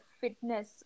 fitness